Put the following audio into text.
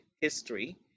History